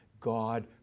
God